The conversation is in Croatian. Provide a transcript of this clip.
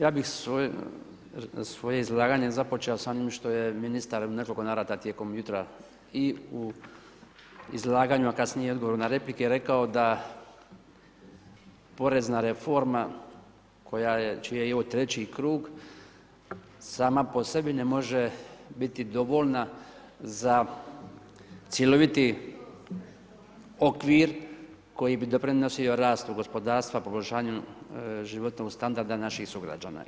Ja bih svoje izlaganje započeo s onim što je ministar u nekoliko navrata tijekom jutra i u izlaganju a kasnije i u odgovoru na replike rekao da porezna reforma koja je, čiji je ovo treći krug, sama po sebi ne može biti dovoljna za cjeloviti okvir koji bi doprinosio rastu gospodarstva, poboljšanju života i standarda naših sugrađana.